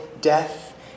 death